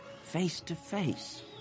face-to-face